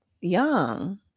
young